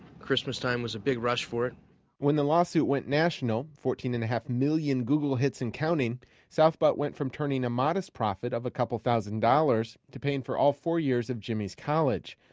christmas time was a big rush for it when the lawsuit went national fourteen and a half million google hits and counting south butt went from turning a modest profit of a couple thousand dollars to paying for all four years of jimmy's college.